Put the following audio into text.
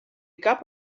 cap